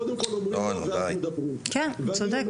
קודם כול אומרים: לא, ואז ידברו.